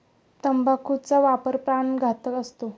तंबाखूचा वापर प्राणघातक असतो